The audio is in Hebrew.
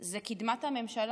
זה קדמת הממשלה.